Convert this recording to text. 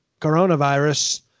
coronavirus